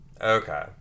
Okay